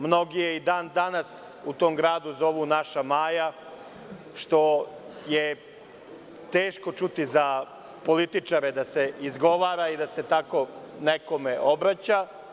Mnogi je i dan danas u tom gradu zovu naša Maja, što je teško čuti za političare da se izgovara i da se tako nekome obraća.